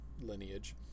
lineage